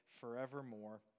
forevermore